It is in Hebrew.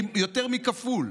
יותר מכפול.